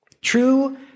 True